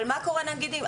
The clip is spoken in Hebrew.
אבל מה קורה נגיד אם,